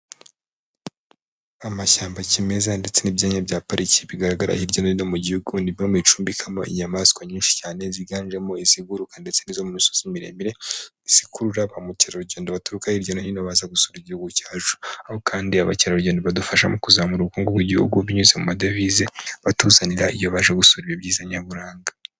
Amashyamba kimeza ndetse n'ibyanya bya pariki bigaragara hirya no hino mu Gihugu ni bimwe mu bicumbikamo inyamaswa nyinshi cyane ziganjemo iziguruka ndetse n'izo misozi miremire, izikurura ba mukerarugendo baturuka hirya no hino baza gusura Igihugu cyacu. Aho kandi abakerarugendo badufasha mu kuzamura ubukungu bw'Igihugu binyuze mu madevize batuzanira iyo baje gusura ibyo byiza nyaburanga.